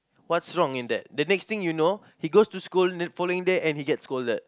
what's wrong in that the next thing you know he goes to school the following day and he get scolded